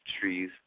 trees